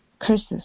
curses